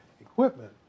equipment